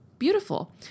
beautiful